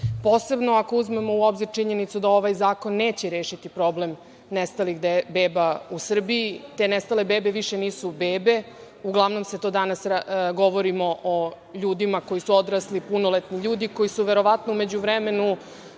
posebno ako uzmemo u obzir činjenicu da ovaj zakon neće rešiti problem nestalih beba u Srbiji. Te nestale bebe više nisu bebe, uglavnom danas govorimo o ljudima koji su odrasli, punoletni ljudi koji su, verovatno, u međuvremenu